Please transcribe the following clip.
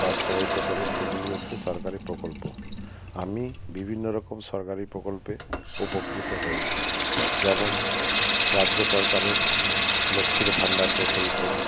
বাস্তবায়িত করে সেগুলি হচ্ছে সরকারি প্রকল্প আমি বিভিন্ন রকম সরকারি প্রকল্পে উপকৃত হয়েছি যেমন রাজ্য সরকারের লক্ষ্মীর ভাণ্ডার প্রকল্প